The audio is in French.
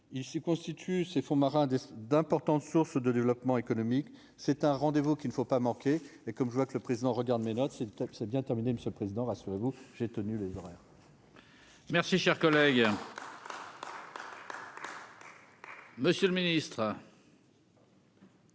il se constituent ses fonds marins d'importantes sources de développement économique, c'est un rendez-vous qu'il ne faut pas manquer et comme je vois que le président regarde mes notes, c'est une étape s'est bien terminé Monsieur le Président, rassurez-vous, j'ai tenu le vrai. Merci, cher collègue. Monsieur le Ministre.